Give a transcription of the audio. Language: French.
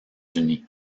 unis